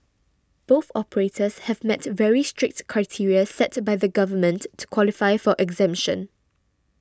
both operators have met very strict criteria set by the government to qualify for exemption